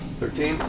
thirteen?